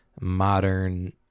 modern